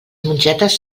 mongetes